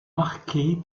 marquée